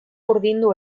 urdindu